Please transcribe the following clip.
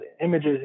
images